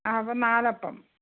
ആ അപ്പോൾ നാലപ്പം